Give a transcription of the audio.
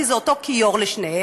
כי זה אותו כיור לשניהם.